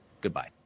Goodbye